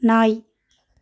நாய்